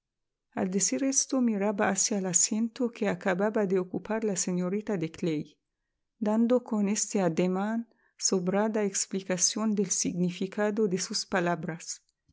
al decir esto miraba hacia el asiento que acababa de ocupar la señorita de clay dando con este ademán sobrada explicación del significado de sus palabras